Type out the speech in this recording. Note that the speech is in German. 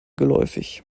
geläufig